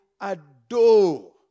adore